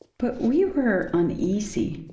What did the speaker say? but we were uneasy.